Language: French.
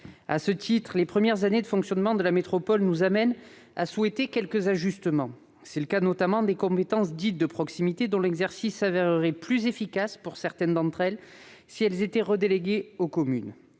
À ce titre, les premières années de fonctionnement de la métropole nous amènent à souhaiter quelques ajustements : c'est le cas, notamment, des compétences « de proximité », dont l'exercice s'avérerait plus efficace pour certaines d'entre elles si elles étaient redéléguées aux communes.